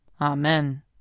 Amen